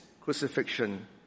crucifixion